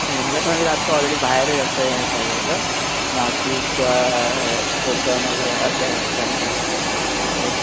नाही मुंबईला आम्ही राहतो ऑलरेडी बाहेर जास्त हे पाहिजे होतं नाशिक किंवा हे कोकण वगैरे अशा ह्या ठिकाणी कुठे